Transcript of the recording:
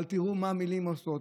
אבל תראו מה מילים עושות.